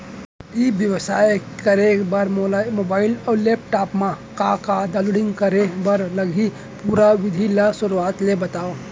ई व्यवसाय करे बर मोला मोबाइल अऊ लैपटॉप मा का का डाऊनलोड करे बर लागही, पुरा विधि ला शुरुआत ले बतावव?